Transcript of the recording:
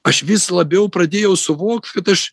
aš vis labiau pradėjau suvokt kad aš